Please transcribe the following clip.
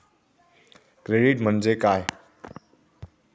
Credit म्हणजे काय?